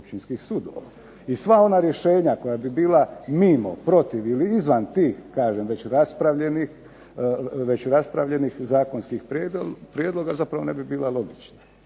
I sva ona rješenja koja bi bila mimo, protiv ili izvan tih kažem raspravljenih zakonskih prijedloga zapravo ne bi bila logična